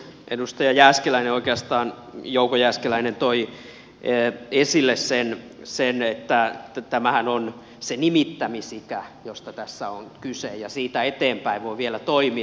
edustaja jouko jääskeläinen oikeastaan toi esille että tämähän on nimittämisikä josta tässä on kyse ja siitä eteenpäin voi vielä toimia